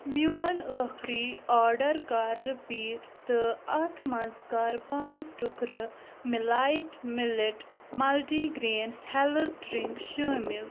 میون ٲخٕری آرڈر کر رِپیٖٹ تہٕ اتھ مَنٛز کر پانٛژھ ٹُکرٕ مٮ۪لایٹ millet multigrain health drink شٲمِل